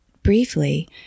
Briefly